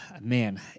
Man